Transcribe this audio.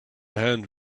hand